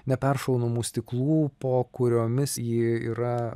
neperšaunamų stiklų po kuriomis ji yra